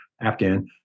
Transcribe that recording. Afghan